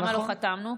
למה לא חתמנו?